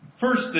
First